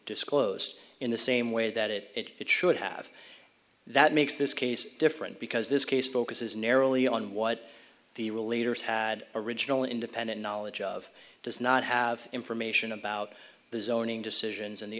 disclosed in the same way that it it should have that makes this case different because this case focuses narrowly on what the real leaders had original independent knowledge of does not have information about the zoning decisions and the